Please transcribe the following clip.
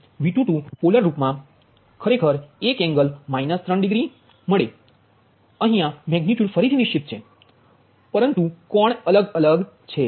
તેથી V22 polar રુપ મા ખરેખર એક એંગલ માઈનસ 3 ડિગ્રી મળે અહીયા મેગનિટ્યુડ ફરીથી નિશ્ચિત છે પરંતુ કોણ અલગ અલગ છે